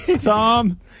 Tom